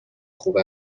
خوب